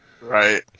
Right